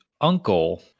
uncle